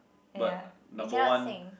ya you cannot sing